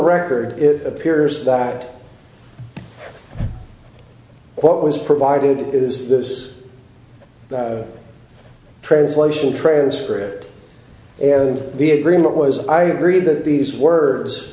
record it appears that what was provided is this translation transcript and the agreement was i agreed that these words